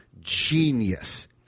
genius